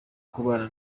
kubana